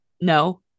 No